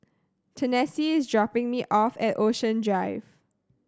Tennessee is dropping me off at Ocean Drive